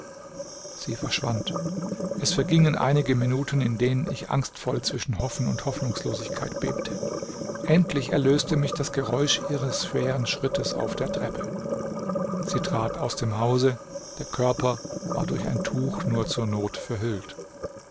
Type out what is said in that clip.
sie verschwand es vergingen einige minuten in denen ich angstvoll zwischen hoffen und hoffnungslosigkeit bebte endlich erlöste mich das geräusch ihres schweren schrittes auf der treppe sie trat aus dem hause der körper war durch ein tuch nur zur not verhüllt